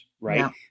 right